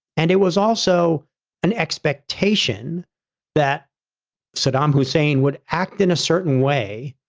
and it was also an expectation that saddam hussein would act in a certain way.